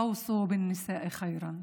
התייחסו לנשים יפה.